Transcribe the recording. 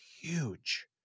huge